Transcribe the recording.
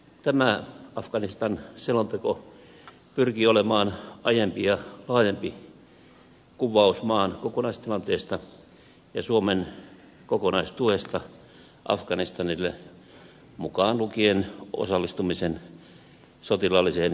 tämä afganistan selonteko pyrkii olemaan aiempia laajempi kuvaus maan kokonaistilanteesta ja suomen kokonaistuesta afganistanille mukaan lukien osallistuminen sotilaalliseen kriisinhallintaan